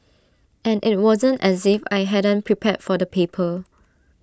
and IT wasn't as if I hadn't prepared for the paper